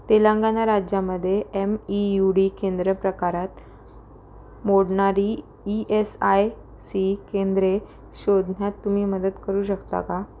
तेलंगणा राज्यामध्ये M E U D केंद्र प्रकारात मोडणारी ई एस आय सी केंद्रे शोधण्यात तुम्ही मदत करू शकता का